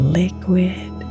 liquid